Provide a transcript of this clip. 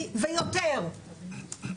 בסדר?